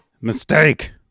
mistake